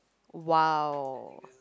!wow!